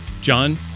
John